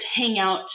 hangout